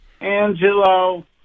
Angelo